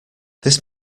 this